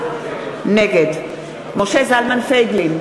נגד משה זלמן פייגלין,